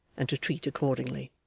and to treat accordingly.